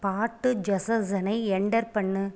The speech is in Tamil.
பாட்டு சஜஷனை என்டர் பண்ணு